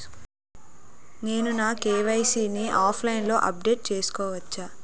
నేను నా కే.వై.సీ ని ఆన్లైన్ లో అప్డేట్ చేసుకోవచ్చా?